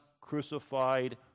crucified